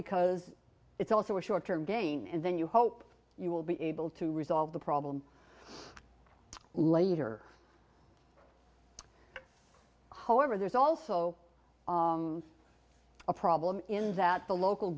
because it's also a short term gain and then you hope you will be able to resolve the problem later however there's also a problem in that the local